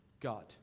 God